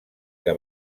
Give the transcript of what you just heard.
que